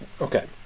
Okay